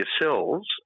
yourselves